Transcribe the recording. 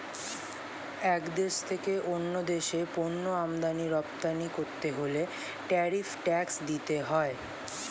এক দেশ থেকে অন্য দেশে পণ্য আমদানি রপ্তানি করতে হলে ট্যারিফ ট্যাক্স দিতে হয়